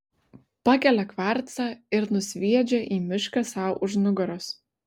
pakelia kvarcą ir nusviedžia į mišką sau už nugaros